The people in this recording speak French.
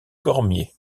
cormier